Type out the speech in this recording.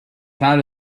cloud